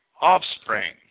offspring